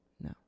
No